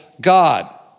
God